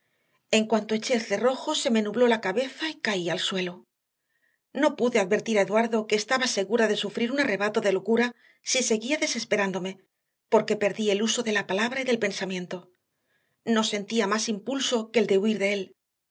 en cuanto eché el cerrojo se me nubló la cabeza y caí al suelo no pude advertir a eduardo que estaba segura de sufrir un arrebato de locura si seguía desesperándome porque perdí el uso de la palabra y del pensamiento no sentía más impulso que el de huir de él